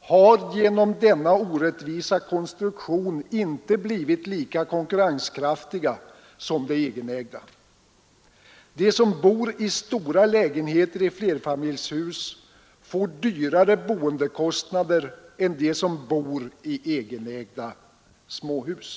har genom denna orättvisa konstruktion inte blivit lika konkurrenskraftiga som de egenägda. De som bor i de större lägenheterna i flerfamiljshus får högre boendekostnader än de som bor i egenägda småhus.